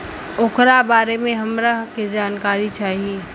ओकरा बारे मे हमरा के जानकारी चाही?